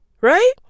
right